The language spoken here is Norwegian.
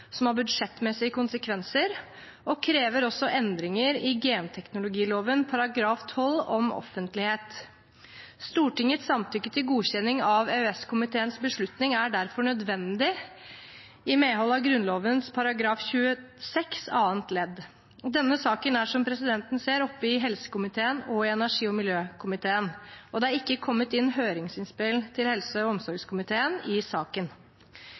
som har budsjettmessige konsekvenser, og krever også endringer i genteknologiloven § 12 om offentlighet. Stortingets samtykke til godkjenning av EØS-komiteens beslutning er derfor nødvendig i medhold av Grunnloven § 26 annet ledd. Denne saken er, som presidenten ser, oppe i helsekomiteen og i energi- og miljøkomiteen, og det er ikke kommet inn høringsinnspill til helse- og omsorgskomiteen i saken.